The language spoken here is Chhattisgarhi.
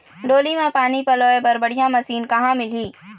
डोली म पानी पलोए बर बढ़िया मशीन कहां मिलही?